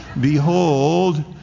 Behold